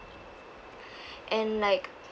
and like